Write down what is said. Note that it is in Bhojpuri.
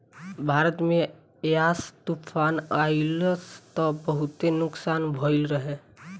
भारत में यास तूफ़ान अइलस त बहुते नुकसान भइल रहे